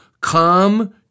come